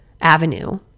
avenue